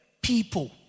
people